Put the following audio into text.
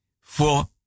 four